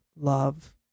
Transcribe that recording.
love